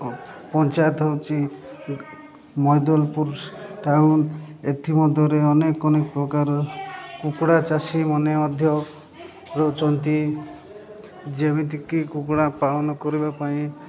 ପଞ୍ଚାୟତ ହେଉଛି ମୈଦଲପୁର ଟାଉନ ଏଥି ମଧ୍ୟରେ ଅନେକ ଅନେକ ପ୍ରକାର କୁକୁଡ଼ା ଚାଷୀ ମମାନେେ ମଧ୍ୟ ରହୁଚନ୍ତି ଯେମିତିକି କୁକୁଡ଼ା ପାଳନ କରିବା ପାଇଁ